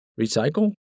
Recycle